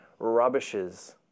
rubbishes